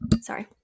sorry